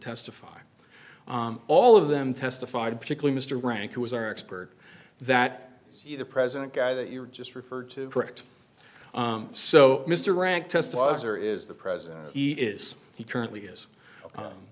testify all of them testified particular mr rank who was our expert that the president guy that you were just referred to correct so mr rank test was there is the president he is he currently is